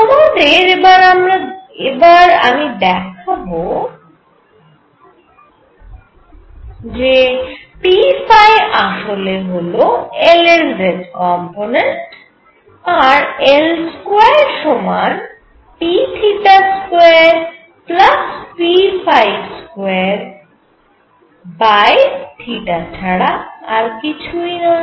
তোমাদের আমি এবার দেখাব যে p আসলে হল L এর z কম্পোনেন্ট আর L2 সমান p2p2 ছাড়া আর কিছুই নয়